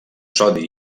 sodi